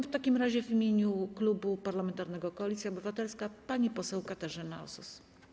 W takim razie w imieniu Klubu Parlamentarnego Koalicja Obywatelska pani poseł Katarzyna Osos.